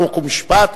חוק ומשפט,